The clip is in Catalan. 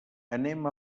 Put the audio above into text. anem